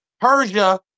Persia